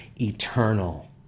eternal